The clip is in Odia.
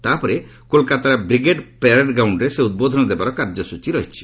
ତାପରେ କୋଲକାତାର ବ୍ରିଗେଡ୍ ପ୍ୟାରେଡ୍ ଗ୍ରାଉଣ୍ଡରେ ସେ ଉଦ୍ବୋଧନ ଦେବାର କାର୍ଯ୍ୟସ୍ଚୀ ରହିଛି